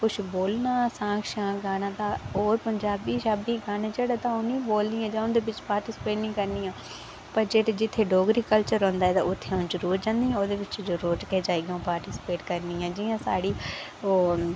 कुछ बोलना गाना तां ते होर पंजाबी गाने उ''नें ई तां कोल निं ऐ जां उंदे बिच पार्टिस्पेट निं करनी पर जित्थें डोगरी कल्चर होंदा ते उत्थें अं'ऊ जरूर जन्नी आं ते ओह्दे बिच रोज़ गै जाइयै अं''ऊ पार्टिस्पेट करनी आं जियां साढ़ी